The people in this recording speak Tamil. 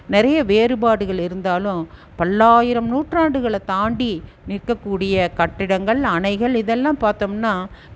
நிறைய வேறுபாடுகள் இருந்தாலும் பல்லாயிரம் நூற்றாண்டுகளை தாண்டி நிற்கக்கூடிய கட்டிடங்கள் அணைகள் இதெல்லாம் பார்த்தோம்னா